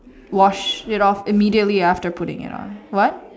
wash it off immediately after putting it on what